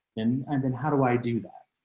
and and then how do i do that.